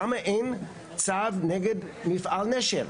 למה אין צו נגד מפעל נשר?